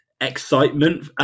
excitement